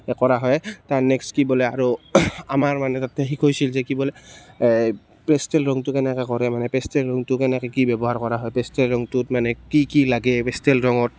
এ কৰা হয় তাৰ নেক্সট কি বোলে আৰু আমাৰ মানে তাতে শিকাইছিল যে কি বোলে এই পেষ্টেল ৰঙটো কেনেকৈ কৰে মানে পেষ্টেল ৰঙটো কেনেকৈ কি ব্যৱহাৰ কৰা হয় পেষ্টেল ৰঙটোত মানে কি কি লাগে পেষ্টেল ৰঙত